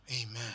amen